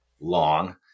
long